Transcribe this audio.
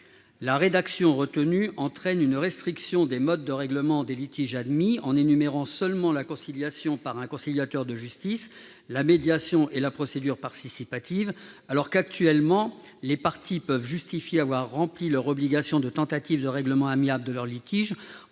la rédaction retenue entraînerait une restriction des modes de règlement des litiges admis, en énumérant seulement la conciliation par un conciliateur de justice, la médiation et la procédure participative, alors que les parties peuvent actuellement justifier avoir rempli leur obligation de tentative de règlement amiable de leur litige